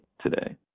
today